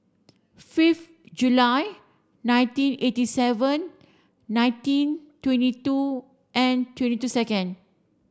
fifth July nineteen eighty seven nineteen twenty two and twenty two second